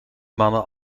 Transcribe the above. mannen